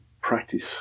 practice